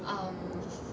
um